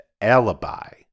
alibi